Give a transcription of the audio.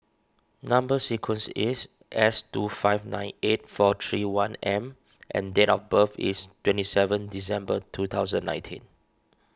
Number Sequence is S two five nine eight four three one M and date of birth is twenty seven December two thousand nineteen